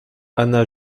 anna